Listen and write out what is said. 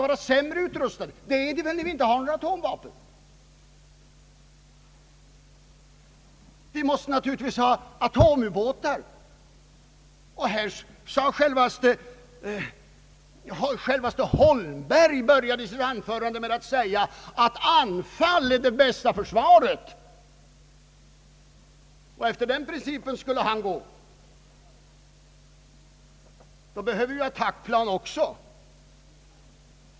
Vårt försvar måste naturligtvis ha atomubåtar. Självaste herr Holmberg började med att säga att anfall är det bästa försvaret. Efter den principen skulle han gå. Då behöver vi attackplan också.